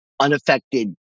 unaffected